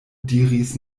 diris